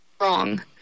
wrong